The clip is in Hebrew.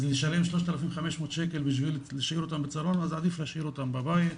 אז לשלם 3,500 שקל כדי להשאיר אותם בצהרון אז עדיף להשאיר אותם בבית,